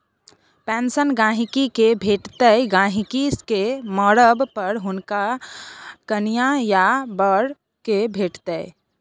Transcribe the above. pension गहिंकी केँ भेटतै गहिंकी केँ मरब पर हुनक कनियाँ या बर केँ भेटतै